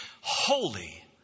Holy